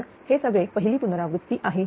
पण हे सगळे पहिली पुनरावृत्ती आहे